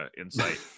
insight